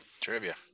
Trivia